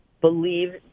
believe